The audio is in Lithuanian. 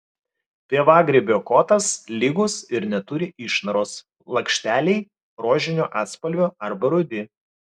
pievagrybio kotas lygus ir neturi išnaros lakšteliai rožinio atspalvio arba rudi